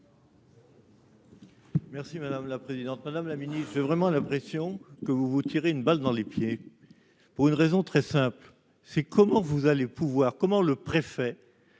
Merci madame la présidente, madame la Ministre, c'est vraiment l'impression que vous vous tirez une balle dans les pieds, pour une raison très simple : c'est comment vous allez pouvoir comment le préfet